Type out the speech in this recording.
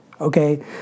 okay